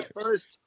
First